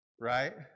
right